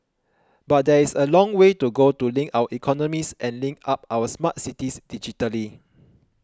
but there is a long way to go to link our economies and link up our smart cities digitally